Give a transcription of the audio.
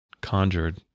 conjured